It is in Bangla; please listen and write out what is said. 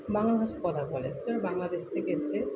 বাংলা ভাষায় কথা বলে যারা বাংলাদেশ থেকে এসেছে